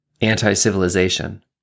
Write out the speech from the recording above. Anti-civilization